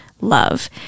love